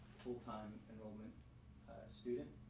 full time enrollment student.